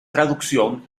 traducción